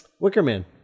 Wickerman